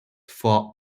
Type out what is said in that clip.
for